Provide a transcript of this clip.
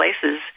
places